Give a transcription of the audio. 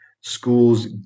schools